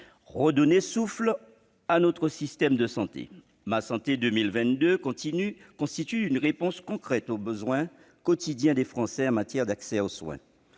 redonner du souffle à notre système de santé ». Ma Santé 2022 constitue une réponse concrète aux besoins quotidiens des Français en matière d'accès aux soins.